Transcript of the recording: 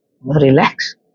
relax